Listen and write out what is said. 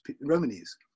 Romanies